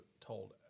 told